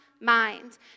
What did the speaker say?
mind